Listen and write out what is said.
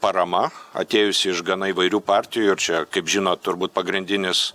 parama atėjusi iš gana įvairių partijų ir čia kaip žinot turbūt pagrindinis